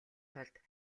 тулд